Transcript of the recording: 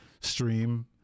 stream